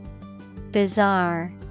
Bizarre